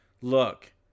Look